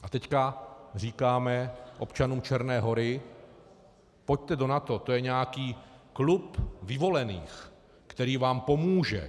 A teď říkáme občanům Černé Hory: pojďte do NATO, to je nějaký klub vyvolených, který vám pomůže.